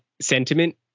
sentiment